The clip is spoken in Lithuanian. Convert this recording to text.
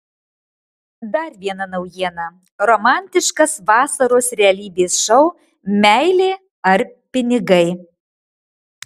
dar viena naujiena romantiškas vasaros realybės šou meilė ar pinigai